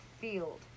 field